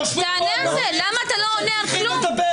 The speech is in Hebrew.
יושבים פה אנשים שצריכים לדבר,